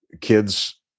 Kids